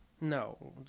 no